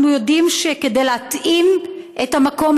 אנחנו יודעים שכדי להתאים את המקום,